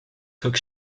took